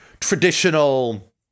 traditional